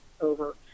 over